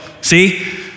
see